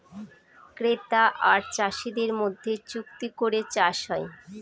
ক্রেতা আর চাষীদের মধ্যে চুক্তি করে চাষ হয়